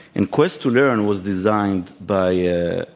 and quest to learn was designed by a ah